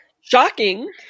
shocking